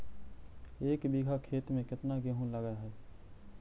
एक बिघा खेत में केतना गेहूं लग है?